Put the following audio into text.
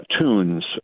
tunes